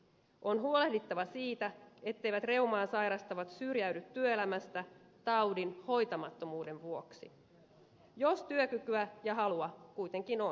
on huolehdittava siitä etteivät reumaa sairastavat syrjäydy työelämästä taudin hoitamattomuuden vuoksi jos työkykyä ja halua kuitenkin on